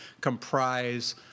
comprise